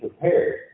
prepared